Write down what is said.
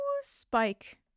Spike